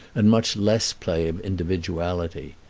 and much less play of individuality.